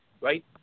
right